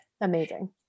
Amazing